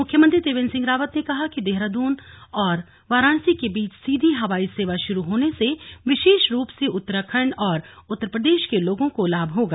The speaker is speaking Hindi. मुख्यमंत्री त्रिवेन्द्र सिंह रावत ने कहा कि देहरादून व वाराणसी के बीच सीधी हवाई सेवा शुरू होने से विशेष रूप से उत्तराखण्ड व उत्तर प्रदेश के लोगों को लाभ होगा